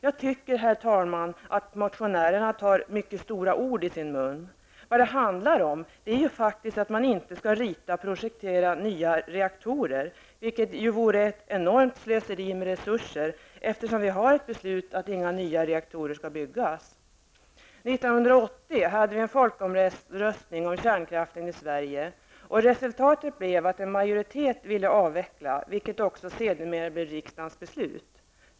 Jag tycker, herr talman, att motionärerna tar mycket stora ord i sin mun. Vad det handlar om är faktiskt att man inte skall rita och projektera nya reaktorer, vilket vore ett enormt slöseri med resurser, eftersom vi har ett beslut om att inga nya reaktorer skall byggas. 1980 hade vi en folkomröstning om kärnkraften i Sverige. Resultatet blev att en majoritet ville avveckla den, vilket sedermera också blev riksdagens beslut.